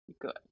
good